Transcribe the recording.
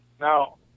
Now